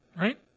Right